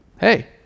hey